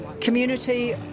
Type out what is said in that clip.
community